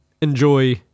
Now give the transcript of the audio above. enjoy